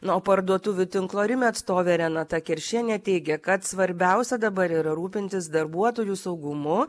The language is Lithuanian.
na o parduotuvių tinklo rimi atstovė renata keršienė teigė kad svarbiausia dabar yra rūpintis darbuotojų saugumu